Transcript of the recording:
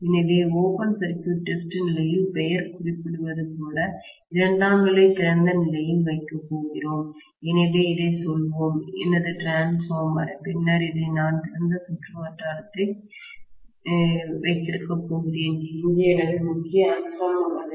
எனவே open circuit test நிலையில் பெயர் குறிப்பிடுவது போல இரண்டாம் நிலை திறந்த நிலையில் வைக்கப் போகிறோம் எனவே இதைச் சொல்வோம் எனது டிரான்ஸ்பார்மர் பின்னர் நான் இந்த திறந்த சுற்றுவட்டாரத்தை வைத்திருக்கப் போகிறேன் இங்கே எனது முக்கிய அம்சம் உள்ளது